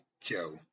Joe